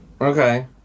Okay